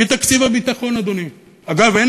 היא תקציב הביטחון, אדוני.